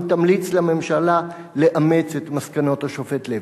האם תמליץ לממשלה לאמץ את מסקנות השופט לוי?